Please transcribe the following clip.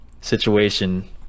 situation